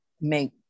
make